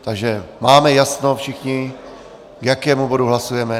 Takže máme jasno všichni, k jakému bodu hlasujeme.